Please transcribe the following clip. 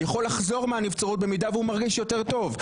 יכול לחזור מהנבצרות במידה והוא מרגיש יותר טוב.